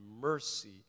mercy